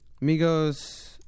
Migos